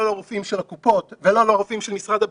לא לרופאים של הקופות ולא לרופאים של משרד הבריאות.